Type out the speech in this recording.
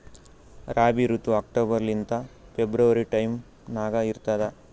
ರಾಬಿ ಋತು ಅಕ್ಟೋಬರ್ ಲಿಂದ February time ನಾಗ ಇರ್ತದ